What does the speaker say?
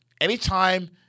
anytime